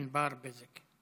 ענבר בזק,